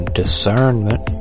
discernment